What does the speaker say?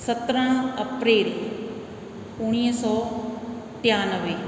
सत्रहं अप्रेल उणिवीह सौ टियानवे